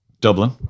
Dublin